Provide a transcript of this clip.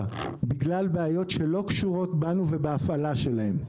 בגלל בעיות שלא קשורות בנו ובהפעלה שלהם.